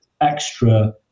extra